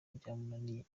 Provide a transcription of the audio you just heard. byamunaniye